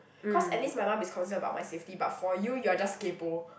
cause at least my mum is concern about my safety but for you you are just kaypoh